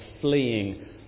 fleeing